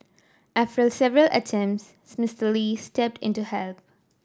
after several attempts Mr Lee stepped in to help